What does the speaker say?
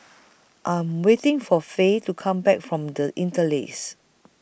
I Am waiting For Faye to Come Back from The Interlace